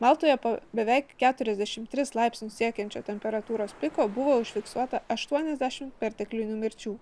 maltoje po beveik keturiasdešimt tris laipsnių siekiančio temperatūros piko buvo užfiksuota aštuoniasdešimt perteklinių mirčių